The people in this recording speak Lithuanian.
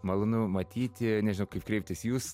malonu matyti nežinau kaip kreiptis jūs